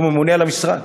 הוא ממונה על המשרד.